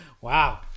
Wow